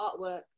artwork